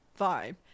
vibe